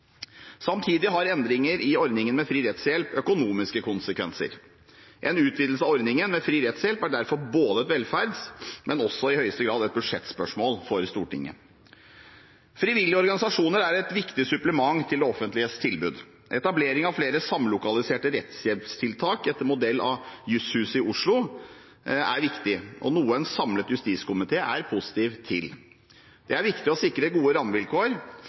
Samtidig har endringer i ordningen med fri rettshjelp økonomiske konsekvenser. En utvidelse av ordningen med fri rettshjelp er derfor både et velferds- og i høyeste grad et budsjettspørsmål for Stortinget. Frivillige organisasjoner er et viktig supplement til det offentliges tilbud. Etablering av flere samlokaliserte rettshjelpstiltak, etter modell av Jusshuset i Oslo, er viktig og noe en samlet justiskomité er positiv til. Det er viktig å sikre gode rammevilkår